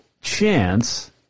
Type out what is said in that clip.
chance